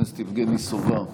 חבר הכנסת יבגני סובה,